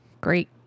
Great